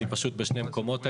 אני פשוט בשני מקומות היום,